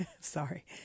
Sorry